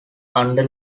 under